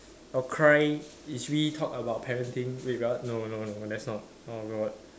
okay is we talk about parenting wait what no no no let's not oh god